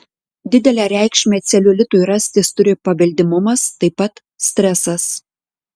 didelę reikšmę celiulitui rastis turi paveldimumas taip pat stresas